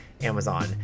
amazon